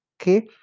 okay